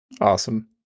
Awesome